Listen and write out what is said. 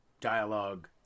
dialogue